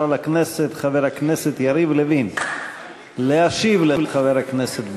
לכנסת חבר הכנסת יריב לוין להשיב לחבר הכנסת בר.